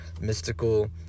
Mystical